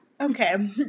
Okay